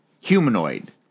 humanoid